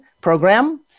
program